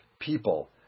people